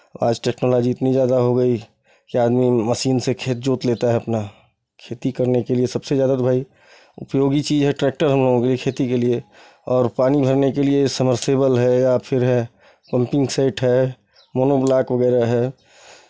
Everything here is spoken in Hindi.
आज टेक्नोलॉजी इतनी ज़्यादा हो गई कि आदमी मशीन से खेत जोत लेता है अपना खेती करने के लिए सबसे ज़्यादा तो भाई उपयोगी चीज़ है ट्रैक्टर हम लोगों के लिए खेती के लिए और पानी भरने के लिए समरसेवल या फिर है पंपिंग सेट है मोनो ब्लॉक वगैरह है